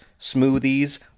smoothies